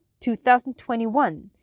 2021